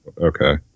okay